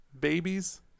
babies